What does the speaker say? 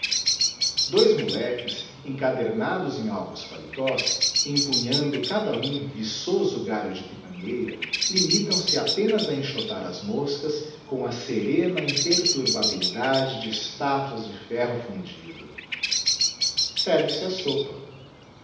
dois moleques encadernados em alvos paletots empunhando cada um viçoso galho de pitangueira limitam se apenas a enxotar as moscas com a serena imperturbabilidade de estatuas de ferro fundido serve-se a sopa